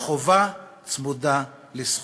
החובה צמודה לזכות".